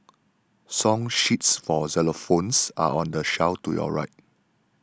song sheets for xylophones are on the shelf to your right